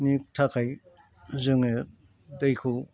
थाखाय जोङो दैखौ